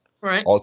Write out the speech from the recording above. Right